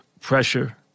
pressure